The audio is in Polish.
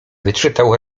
wyczytał